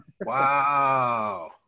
Wow